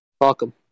Welcome